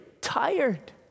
tired